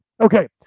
Okay